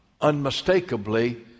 unmistakably